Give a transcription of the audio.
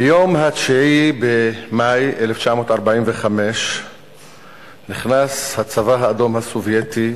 ביום 9 במאי 1945 נכנס הצבא האדום הסובייטי